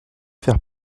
faire